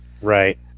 Right